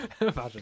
Imagine